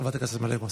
חברת הכנסת מלקו,